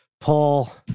Paul